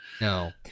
No